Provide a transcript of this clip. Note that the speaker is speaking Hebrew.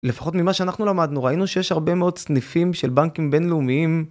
לפחות ממה שאנחנו למדנו, ראינו שיש הרבה מאוד סניפים של בנקים בינלאומיים...